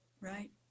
right